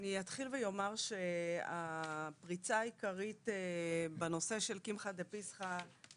אני אתחיל ואומר שהפריצה העיקרית בנושא של קמחא דפסחא,